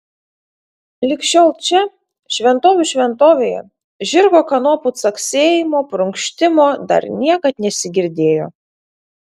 lig šiol čia šventovių šventovėje žirgo kanopų caksėjimo prunkštimo dar niekad nesigirdėjo